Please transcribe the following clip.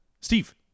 Steve